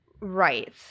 Right